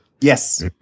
Yes